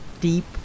deep